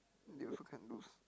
they also kind of lose